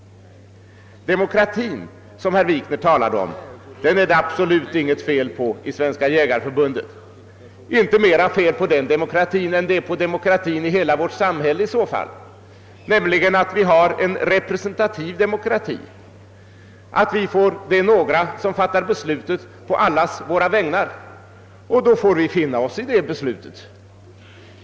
Demokratin, som herr Wikner talade om, är det absolut inget fel på i Svenska jägareförbundet — i varje fall inte mera än på demokratin i hela vårt samhälle. Vi har en representativ demokrati; det är några som fattar beslutet på allas våra vägnar, och vi får finna oss i detta beslut.